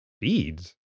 Beads